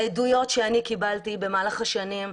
אבל העדויות שאני קיבלתי במהלך השנים,